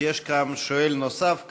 יש גם שואל נוסף מראש,